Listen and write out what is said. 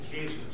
Jesus